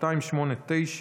שאילתה מס' 289,